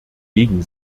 gegen